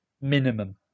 minimum